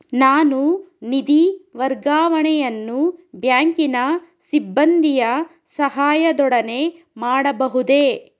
ನಾನು ನಿಧಿ ವರ್ಗಾವಣೆಯನ್ನು ಬ್ಯಾಂಕಿನ ಸಿಬ್ಬಂದಿಯ ಸಹಾಯದೊಡನೆ ಮಾಡಬಹುದೇ?